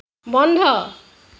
বন্ধ